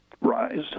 rise